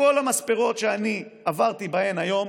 בכל המספרות שעברתי בהן היום